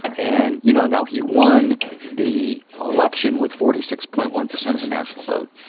and, you know, now he won the election with forty six point one percent of the national vote.